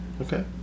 okay